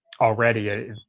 already